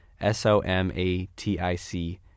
S-O-M-A-T-I-C